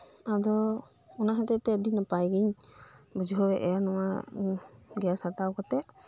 ᱟᱫᱚ ᱚᱱᱟ ᱦᱚᱛᱮᱫ ᱛᱮ ᱟᱹᱰᱤ ᱱᱟᱯᱟᱭᱜᱤᱧ ᱵᱩᱡᱷᱟᱹᱣᱮᱫᱟ ᱱᱚᱣᱟ ᱜᱮᱥ ᱦᱟᱛᱟᱣ ᱠᱟᱛᱮᱫ